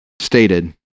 stated